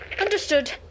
Understood